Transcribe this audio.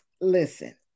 Listen